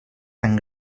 tan